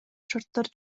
шарттар